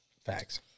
Facts